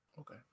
Okay